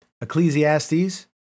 Ecclesiastes